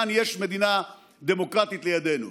יעני יש מדינה דמוקרטית לידנו.